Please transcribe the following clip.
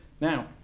now